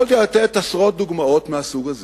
יכולתי לתת עשרות דוגמאות מהסוג הזה.